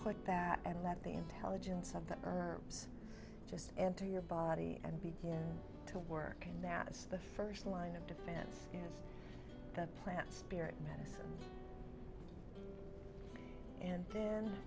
put back and let the intelligence of the herbs just enter your body and begin to work and that is the first line of defense and the plant spirit medicine and then